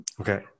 Okay